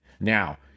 Now